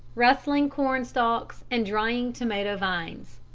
rustling corn-stalks, and drying tomato-vines.